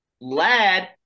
Lad